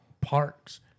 parks